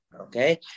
Okay